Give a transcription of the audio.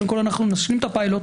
קודם נשלים את הפילוט.